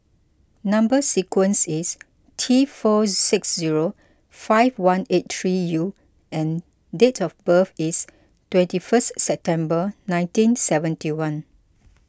Number Sequence is T four six zero five one eight three U and date of birth is twenty first September nineteen seventy one